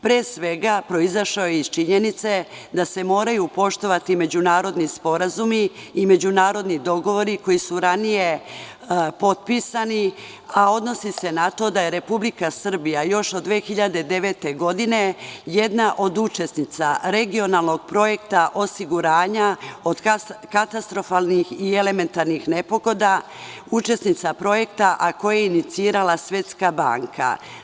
Pre svega, proizašao je iz činjenice da se moraju poštovati međunarodni sporazumi i međunarodni dogovori koji su ranije potpisani, a odnosi se na to da je Republika Srbija još od 2009. godine jedna od učesnica regionalnog projekta osiguranja od katastrofalnih i elementarnih nepogoda, učesnica projekta koji je inicirala Svetska banka.